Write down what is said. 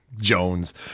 Jones